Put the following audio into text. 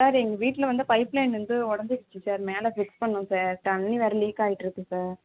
sir எங்கள் வீட்டில் வந்து பைப்லைன் வந்து உடஞ்சிருச்சு சார் மேலே ஃபிக்ஸ் பண்ணணும் சார் தண்ணி வேறு லீக் ஆயிட்டுருக்கு சார்